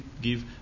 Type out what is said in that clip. give